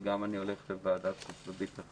וגם אני הולך לוועדת חוץ וביטחון.